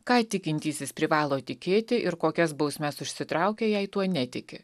ką tikintysis privalo tikėti ir kokias bausmes užsitraukia jei tuo netiki